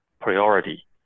priority